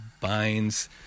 binds